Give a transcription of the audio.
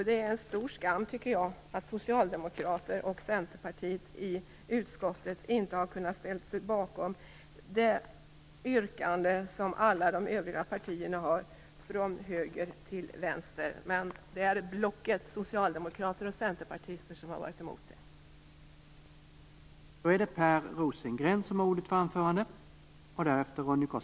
Det är en stor skam att socialdemokrater och centerpartister i utskottet inte har kunnat ställa sig bakom det yrkande som alla övriga partier från höger till vänster har framställt. Det är blocket av centerpartister och socialdemokrater som har varit emot detta.